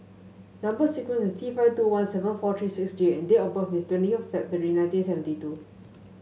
number sequence is T five two one seven four three six J and date of birth is twenty of February nineteen seventy two